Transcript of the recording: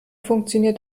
funktioniert